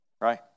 right